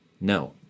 No